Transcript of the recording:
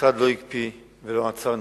המשרד לא הקפיא ולא עצר.